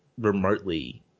remotely